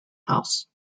house